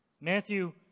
Matthew